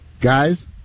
Guys